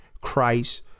Christ